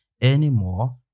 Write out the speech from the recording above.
anymore